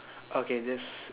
okay this